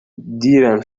دیرم